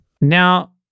Now